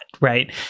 right